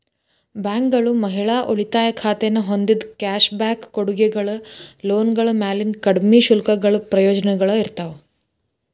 ಬ್ಯಾಂಕ್ಗಳು ಮಹಿಳಾ ಉಳಿತಾಯ ಖಾತೆನ ಹೊಂದಿದ್ದ ಕ್ಯಾಶ್ ಬ್ಯಾಕ್ ಕೊಡುಗೆಗಳ ಲೋನ್ಗಳ ಮ್ಯಾಲಿನ ಕಡ್ಮಿ ಶುಲ್ಕಗಳ ಪ್ರಯೋಜನಗಳ ಇರ್ತಾವ